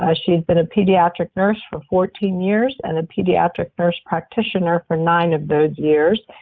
ah she's been a pediatric nurse for fourteen years and a pediatric nurse practitioner for nine of those years,